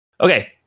Okay